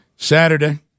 Saturday